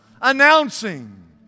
announcing